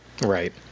Right